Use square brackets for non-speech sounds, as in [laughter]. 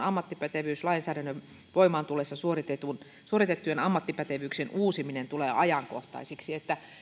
[unintelligible] ammattipätevyyslainsäädännön voimaantullessa suoritettujen suoritettujen ammattipätevyyksien uusiminen tulee ajankohtaiseksi